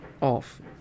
off